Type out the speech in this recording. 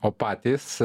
o patys